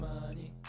money